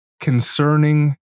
concerning